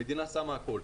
המדינה שמה הכול.